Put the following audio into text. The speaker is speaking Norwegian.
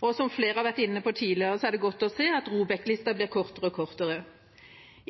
Og som flere har vært inne på tidligere, er det godt å se at ROBEK-lista blir kortere og kortere.